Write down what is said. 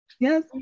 Yes